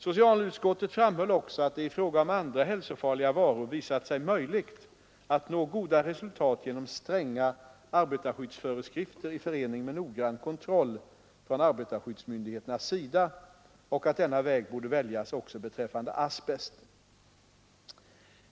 Socialutskottet framhöll också att det i fråga om andra hälsofarliga varor visat sig möjligt att nå goda resultat genom stränga arbetarskyddsföreskrifter i förening med noggrann kontroll från arbetarskyddsmyndigheternas sida och att denna väg borde väljas också beträffande asbest.